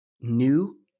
new